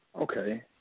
Okay